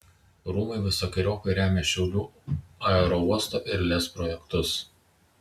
rūmai visokeriopai remia šiaulių aerouosto ir lez projektus